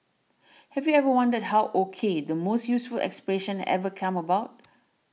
have you ever wondered how O K the most useful expression ever came about